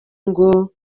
ngo